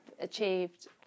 achieved